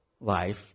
life